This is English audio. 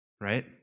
right